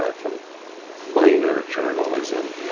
ah from minor journalism,